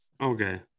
Okay